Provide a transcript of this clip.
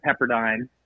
Pepperdine